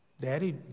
Daddy